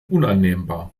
unannehmbar